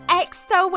exo